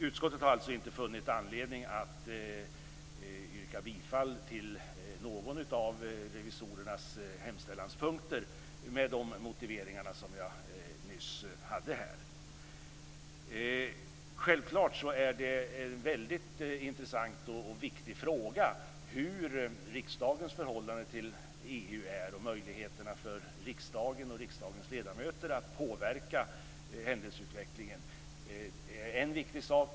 Utskottet har alltså inte funnit anledning att yrka bifall till någon av revisorernas hemställanspunkter med de motiveringar jag nyss nämnde här. Självfallet är det en väldigt intressant och viktig fråga hur riksdagens förhållande till EU är och vilka möjligheter riksdagen och riksdagens ledamöter har att påverka händelseutvecklingen.